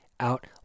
out